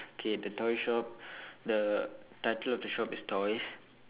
okay the toy shop the title of the shop is toys